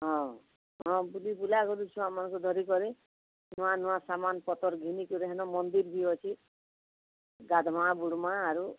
ହଁ ହଁ ବୁଲିବୁଲା କରି ଛୁଆମାନଙ୍କୁ ଧରି କରି ନୂଆ ନୂଆ ସାମାନ ପତର ଘିନିକରି ହେନ ମନ୍ଦିର ବି ଅଛି ଗାଧମା ବୁଡ଼ମା ଆରୁ